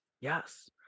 yes